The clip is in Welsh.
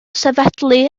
sefydlu